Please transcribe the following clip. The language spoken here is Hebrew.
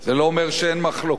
הנושא מורכב,